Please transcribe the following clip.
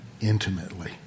intimately